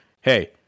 Hey